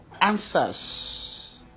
answers